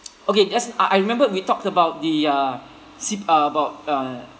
okay just uh I remembered we talked about the uh C uh about uh